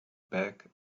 back